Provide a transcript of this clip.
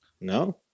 no